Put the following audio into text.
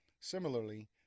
Similarly